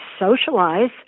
socialize